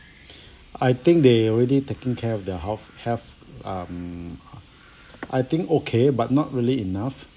I think they already taking care of their health health um uh I think okay but not really enough